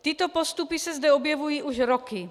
Tyto postupy se zde objevují už roky.